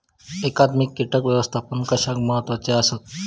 एकात्मिक कीटक व्यवस्थापन कशाक महत्वाचे आसत?